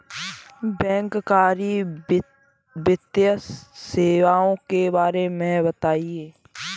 बैंककारी वित्तीय सेवाओं के बारे में बताएँ?